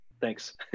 Thanks